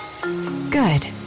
Good